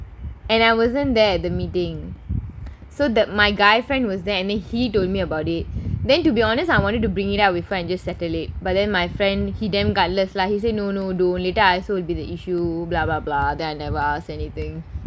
and I wasn't there the meeting so that my guy friend was there and then he told me about it then to be honest I wanted to bring it out with friend just settle it but then my friend he damn guardless lah he say no no don't later I also issue then I never ask anything